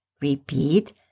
Repeat